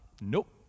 Nope